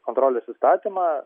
kontrolės įstatymą